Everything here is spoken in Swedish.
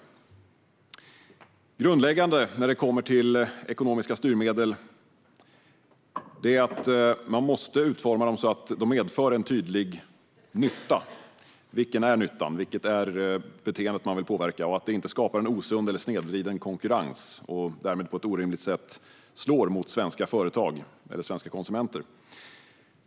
Grundläggande när det kommer till ekonomiska styrmedel är att de måste utformas så att de medför en tydlig nytta. Vad är nyttan? Vilket beteende vill man påverka? De får inte skapa en osund eller snedvriden konkurrens, och därmed på ett orimligt sätt slå mot svenska företag eller svenska konsumenter.